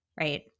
right